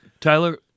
Tyler